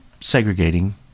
segregating